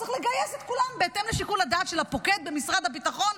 צריך לגייס את כולם בהתאם לשיקול הדעת של הפוקד במשרד הביטחון.